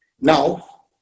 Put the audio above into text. Now